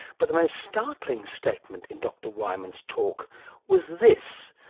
but the most startling statement in dr. wieman's talk was this,